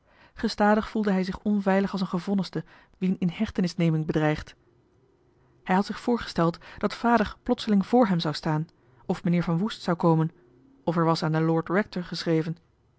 gestadig voelde hij zich onveilig als een gevonniste wien in hechtenisneming bedreigt hij had zich voorgesteld dat vader johan de meester de zonde in het deftige dorp plotseling vr hem zou staan of meneer van woest zou komen of er was aan den lord rector geschreven